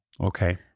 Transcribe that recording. Okay